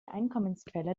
einkommensquelle